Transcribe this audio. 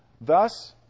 thus